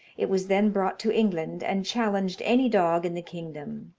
it was then brought to england, and challenged any dog in the kingdom.